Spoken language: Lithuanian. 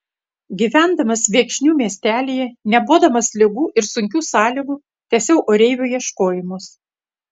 gyvendamas viekšnių miestelyje nebodamas ligų ir sunkių sąlygų tęsiau oreivio ieškojimus